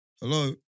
Hello